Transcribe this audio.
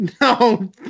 No